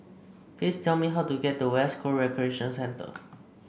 please tell me how to get to West Coast Recreation Centre